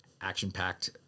action-packed